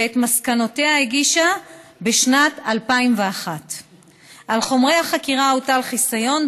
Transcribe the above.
ואת מסקנותיה הגישה בשנת 2001. על חומרי החקירה הוטל חיסיון,